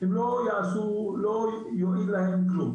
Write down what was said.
לא יוריד להם כלום.